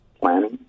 planning